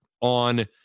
on